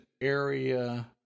area